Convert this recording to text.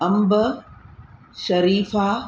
अंब शरीफ़ा